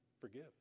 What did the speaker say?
Forgive